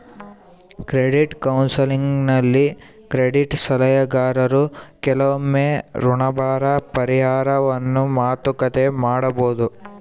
credit ಕೌನ್ಸೆಲಿಂಗ್ನಲ್ಲಿ credit ಸಲಹೆಗಾರರು ಕೆಲವೊಮ್ಮೆ ಋಣಭಾರ ಪರಿಹಾರವನ್ನು ಮಾತುಕತೆ ಮಾಡಬೊದು